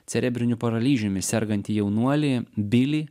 cerebriniu paralyžiumi sergantį jaunuolį bilį